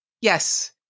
Yes